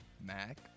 Mac